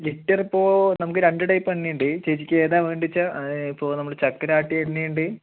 ലിറ്ററിപ്പോൾ നമുക്ക് രണ്ട് ടൈപ്പ് എണ്ണയുണ്ട് ചേച്ചിക്ക് ഏതാ വേണ്ടതെന്ന് വച്ചാൽ ഇപ്പോൾ ചക്കിലാട്ടിയ എണ്ണയുണ്ട്